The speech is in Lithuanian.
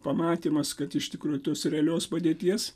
pamatymas kad iš tikrųjų tos realios padėties